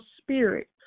spirit